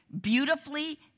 beautifully